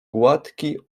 gładki